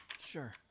sure